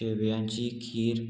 शेवयांची खीर